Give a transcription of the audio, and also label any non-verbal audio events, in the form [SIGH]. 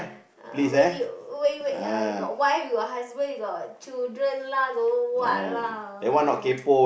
uh where did you where where you got wife you got husband you got children lah don't know what lah [NOISE]